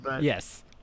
Yes